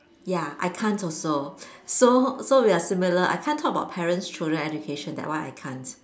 ya I can't also so so we are similar I can't talk about parents children education that one I can't